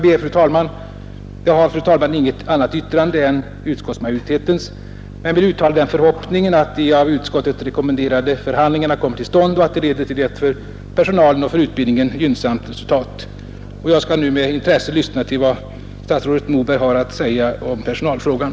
Jag har, fru talman, inget annat yrkande än utskottsmajoriteten men vill uttala den förhoppningen att de av utskottet rekommenderade förhandlingarna kommer till stånd och att de leder till ett för personalen och för utbildningen gynnsamt resultat. Jag skall nu med intresse lyssna till vad statsrådet Moberg har att säga om personalfrågan.